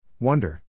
Wonder